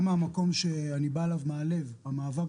גם המקום שאני בא אליו מהלב המאבק